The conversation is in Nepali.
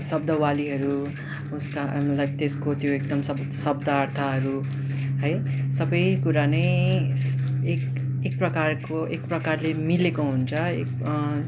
शब्दवालीहरू उसका लाइक त्यसको त्यो एकदम सब शब्द अर्थहरू है सबै कुरा नै एक एक प्रकारको एक प्रकारले मिलेको हुन्छ एक